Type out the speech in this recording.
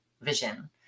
vision